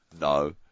No